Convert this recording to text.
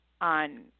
on